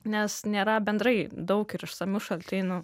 nes nėra bendrai daug ir išsamių šaltinių